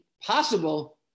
possible